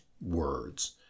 words